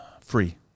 Free